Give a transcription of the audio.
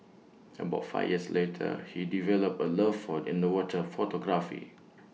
about five years later he developed A love for underwater photography